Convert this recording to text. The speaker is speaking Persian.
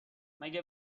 مگه